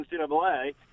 NCAA